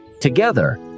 Together